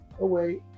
away